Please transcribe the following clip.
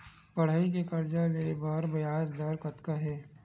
पढ़ई के कर्जा ले बर ब्याज दर कतका हे?